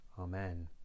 Amen